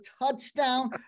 touchdown